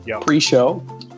pre-show